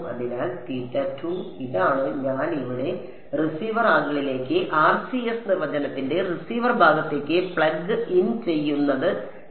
അതിനാൽ ഇതാണ് ഞാൻ ഇവിടെ റിസീവർ ആംഗിളിലേക്ക് RCS നിർവചനത്തിന്റെ റിസീവർ ഭാഗത്തേക്ക് പ്ലഗ് ഇൻ ചെയ്യുന്നത് ശരിയാണ്